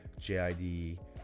JID